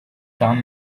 found